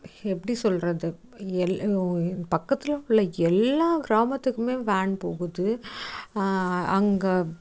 எப்படி சொல்லுறது எல் பக்கத்தில் உள்ள எல்லா கிராமத்துக்குமே வேன் போகுது அங்கே